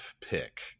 pick